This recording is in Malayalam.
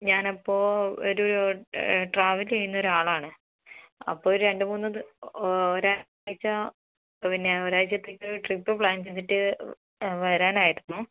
ഞാനപ്പോൾ ഒരു ട്രാവല് ചെയ്യുന്ന ഒരു ആളാണ് അപ്പോൾ ഒരു രണ്ടുമൂന്ന് ദി ഒരാഴ്ച്ച പിന്നെ ഒരാഴ്ചത്തേക്ക് ട്രിപ്പ് പ്ലാന് ചെയ്തിട്ട് വരാനായിരുന്നു